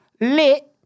lit